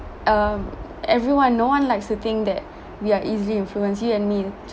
um everyone no one likes to think that we are easily influenced you and me